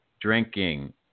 drinking